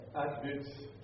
attributes